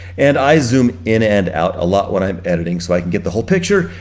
and i zoom in and out a lot when i'm editing so i can get the whole picture,